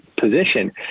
position